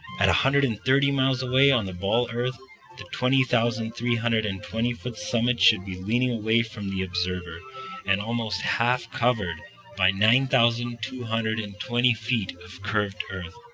at one hundred and thirty miles away on the ball earth the twenty thousand three hundred and twenty foot summit should be leaning away from the observer and almost half covered by nine thousand two hundred and twenty feet of curved earth.